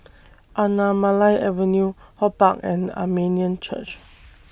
Anamalai Avenue HortPark and Armenian Church